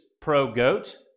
pro-goat